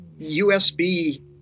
USB